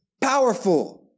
powerful